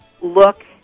look